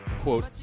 quote